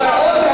לפני רגע,